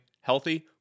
healthy